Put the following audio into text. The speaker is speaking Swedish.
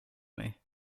mig